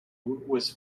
was